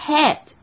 Head